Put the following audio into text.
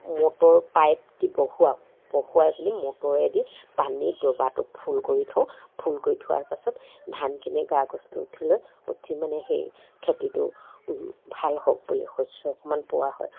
motor pipe দি বহুৱাওঁ বহুৱাই পেনি মটৰেদি পানী দবাটো ফুল কৰি থওঁ ফুল কৰি থোৱাৰ পাছত ধানখিনি গা গছটো উঠি লৈ উঠি মানে সেই খেতিটো ভাল হওক বুলি শস্য অকণমান পোৱা হয়